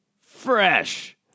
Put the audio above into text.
Fresh